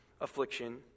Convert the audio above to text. affliction